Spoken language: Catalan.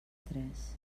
tres